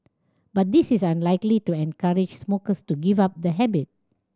but this is unlikely to encourage smokers to give up the habit